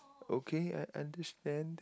okay I understand